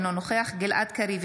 אינו נוכח גלעד קריב,